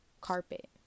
carpet